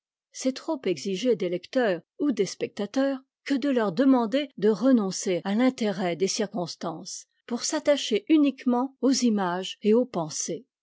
c'est trop exiger des lecteurs ou des spectateurs que de leur demander de renoncer à fintéret des circonstances pour s'attacher uniquement aux images et aux pensées